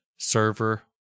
Server